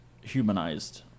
humanized